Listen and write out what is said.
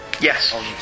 yes